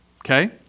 okay